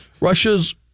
Russia's